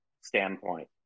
standpoint